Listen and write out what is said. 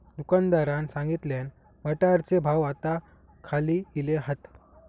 दुकानदारान सांगल्यान, मटारचे भाव आता खाली इले हात